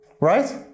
right